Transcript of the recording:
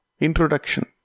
Introduction